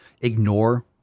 ignore